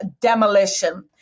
Demolition